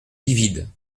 livide